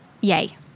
yay